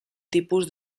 tipus